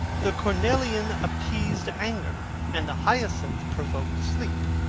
the cornelian appeased anger, and the hyacinth provoked sleep,